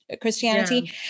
Christianity